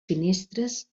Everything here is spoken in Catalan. finestres